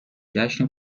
جشن